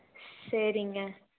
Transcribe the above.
சரிங்க